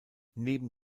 neben